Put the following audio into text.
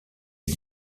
est